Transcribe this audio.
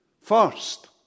First